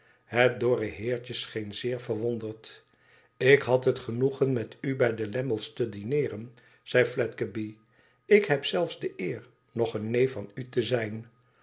het dorre heertje scheen zeer verwonderd ik had het genoegen met u bij de lammies te dineeren zei fledgeby ik heb zelfs de eer nog een neef van u te zijn